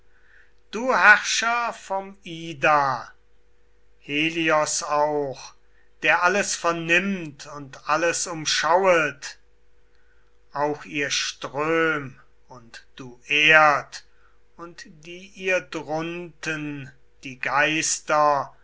du herrscher vom ida helios auch der alles vernimmt und alles umschauet auch ihr ström und du erd und die ihr drunten die geister